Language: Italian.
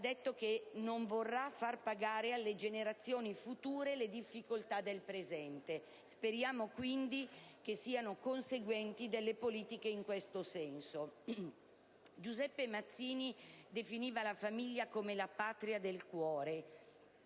ha detto che non vorrà far pagare alle generazioni future le difficoltà del presente. Speriamo, quindi, che ci siano delle politiche conseguenti in questo senso. Giuseppe Mazzini definiva la famiglia come la patria del cuore,